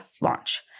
launch